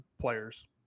players